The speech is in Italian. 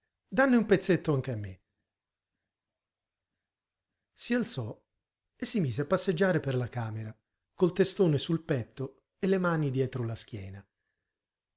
danne un pezzetto anche a me si alzò e si mise a passeggiare per la camera col testone sul petto e le mani dietro la schiena